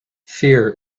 fear